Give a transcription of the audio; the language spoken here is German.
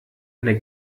eine